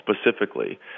specifically